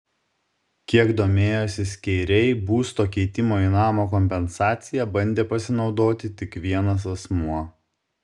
kiek domėjosi skeiriai būsto keitimo į namą kompensacija bandė pasinaudoti tik vienas asmuo